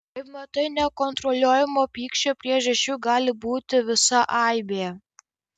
kaip matai nekontroliuojamo pykčio priežasčių gali būti visa aibė